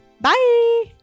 bye